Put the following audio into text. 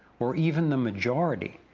or even the majority,